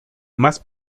más